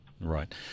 Right